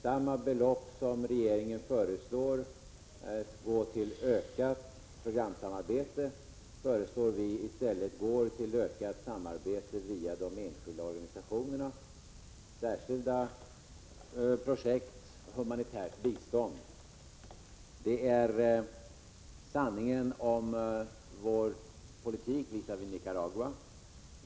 Samma belopp som regeringen föreslår till ökat programsamarbete föreslår vi i stället till ökat samarbete via de enskilda organisationerna, särskilda projekt och humanitärt bistånd. Detta är sanningen om vår politik visavi Nicaragua.